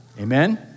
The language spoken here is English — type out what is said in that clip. amen